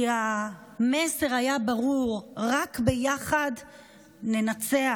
כי המסר היה ברור: רק ביחד ננצח.